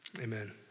Amen